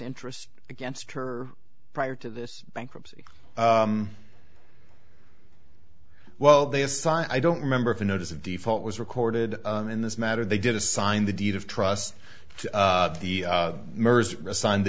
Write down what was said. interest against her prior to this bankruptcy well they assign i don't remember if a notice of default was recorded in this matter they did assign the deed of trust to the mercy assigned the